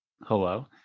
Hello